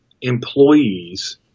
employees